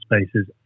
spaces